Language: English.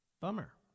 Bummer